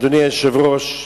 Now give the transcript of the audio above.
אדוני היושב-ראש: